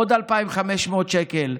עוד 2,500 שקל.